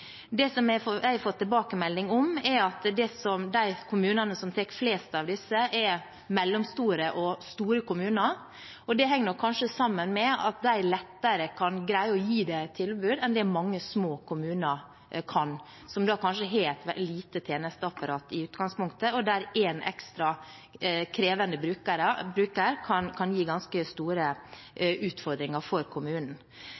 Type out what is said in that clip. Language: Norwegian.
Det som jeg får tilbakemelding om, er at de kommunene som tar flest av disse, er mellomstore og store kommuner. Det henger nok sammen med at de lettere kan greie å gi dem et tilbud enn det mange små kommuner kan, som kanskje har et lite tjenesteapparat i utgangspunktet, og der en ekstra krevende bruker kan gi ganske store